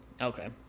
Okay